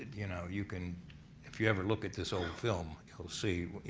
you know, you can if you ever look at this old film, you'll see, you